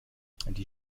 die